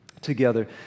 together